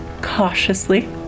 cautiously